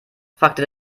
fragte